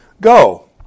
Go